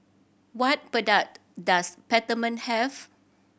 what product does Peptamen have